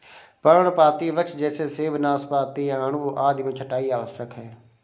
पर्णपाती वृक्ष जैसे सेब, नाशपाती, आड़ू आदि में छंटाई आवश्यक है